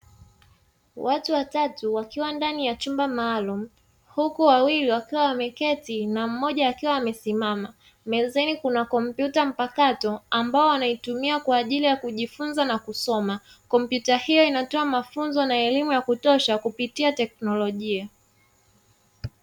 Watu watatu wakiwa ndani ya chumba maalumu huku wawili wakiwa wameketi na mmoja akiwa amesimama. Mezani kuna kompyuta mpakato ambayo wanaitumia kwa ajili ya kujifunza na kusoma. Kompyuta hiyo inatoa mafunzo na elimu ya kutosha kupitia teknolojia.